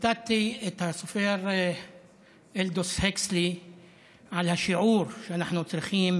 ציטטתי את הסופר אלדוס האקסלי על השיעור שאנחנו צריכים